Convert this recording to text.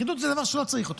אחידות זה דבר שלא צריך אותו.